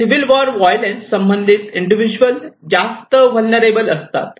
civil war violence संबंधित individual जास्त vulnerable असतात